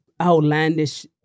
outlandish